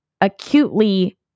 acutely